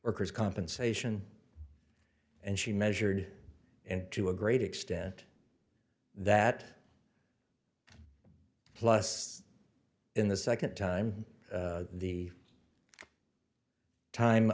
workers compensation and she measured and to a great extent that plus in the second time the time